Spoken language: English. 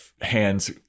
hands